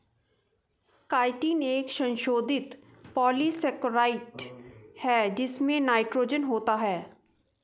chitin एक संशोधित polysaccharide है जिसमें नाइट्रोजन होता है